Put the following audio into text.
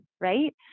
right